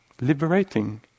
liberating